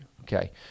okay